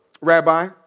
Rabbi